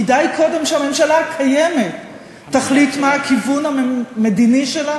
כדאי קודם שהממשלה הקיימת תחליט מה הכיוון המדיני שלה